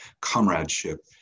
comradeship